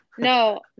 No